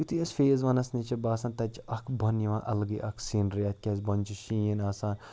یُتھُے اَسہِ فیز وَنَس نِش چھِ باسان تَتہِ چھِ اَکھ بۄنہٕ یِوان اَلگٕے اَکھ سیٖنرِیہ کیٛازِ بۄنہٕ چھِ شیٖن آسان